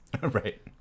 Right